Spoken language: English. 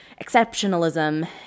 exceptionalism